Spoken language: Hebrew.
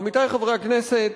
עמיתי חברי הכנסת,